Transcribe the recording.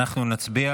אנחנו נצביע